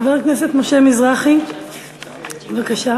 חבר הכנסת משה מזרחי, בבקשה.